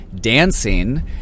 dancing